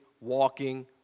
walking